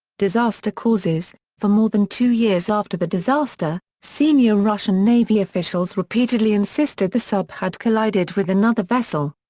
disaster causes for more than two years after the disaster, senior russian navy officials repeatedly insisted the sub had collided with another vessel.